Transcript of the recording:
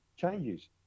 changes